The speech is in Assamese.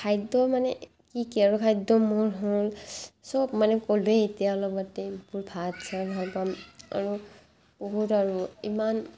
খাদ্য মানে কি কি আৰু খাদ্য মোৰ হ'ল চব মানে ক'লোঁৱে এতিয়া অলপতে এইবোৰ ভাত চাত হ'ব আৰু বহুত আৰু ইমান